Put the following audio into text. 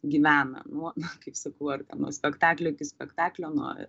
gyvena nuo na kaip sakau ar nuo spektaklio iki spektaklio nuo